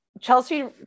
Chelsea